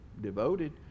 Devoted